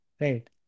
Right